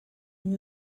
and